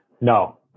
No